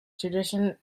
tradition